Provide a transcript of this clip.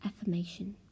affirmation